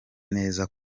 neza